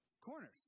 Corners